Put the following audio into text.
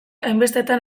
hainbestetan